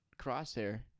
crosshair